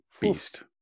Beast